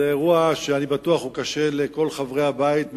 זה אירוע שאני בטוח שהוא קשה לכל חברי הבית,